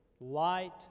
Light